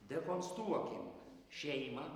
dekonstruokim šeimą